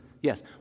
yes